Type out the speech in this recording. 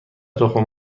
تخم